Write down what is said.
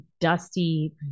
dusty